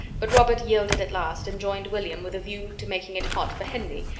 but robert yielded at last, and joined william with a view to making it hot for henry,